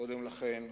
קודם לכן,